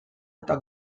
eta